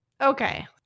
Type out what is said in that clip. Okay